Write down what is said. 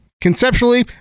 Conceptually